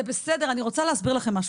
זה בסדר, אני רוצה להסביר לכם משהו.